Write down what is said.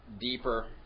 deeper